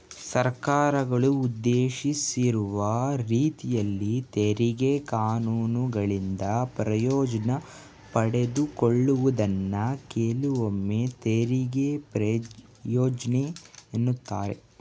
ಸರ್ಕಾರಗಳು ಉದ್ದೇಶಿಸಿರುವ ರೀತಿಯಲ್ಲಿ ತೆರಿಗೆ ಕಾನೂನುಗಳಿಂದ ಪ್ರಯೋಜ್ನ ಪಡೆಯುವುದನ್ನ ಕೆಲವೊಮ್ಮೆತೆರಿಗೆ ಯೋಜ್ನೆ ಎನ್ನುತ್ತಾರೆ